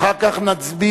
אחר כך נצביע.